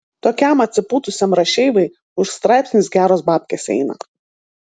tokiam atsipūtusiam rašeivai už straipsnius geros babkės eina